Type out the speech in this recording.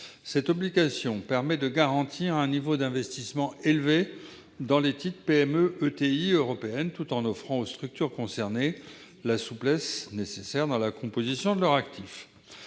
Cette obligation permet de garantir un niveau d'investissement élevé dans des titres de PME-ETI européennes, tout en offrant aux structures concernées une souplesse dans la composition de leur actif.